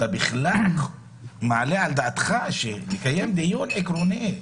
על כך שאתה בכלל מעלה בדעתך שיתקיים דיון עקרוני.